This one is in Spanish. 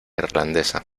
irlandesa